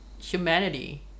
humanity